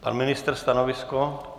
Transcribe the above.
Pan ministr stanovisko?